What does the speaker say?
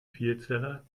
vielzeller